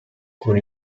con